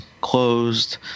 closed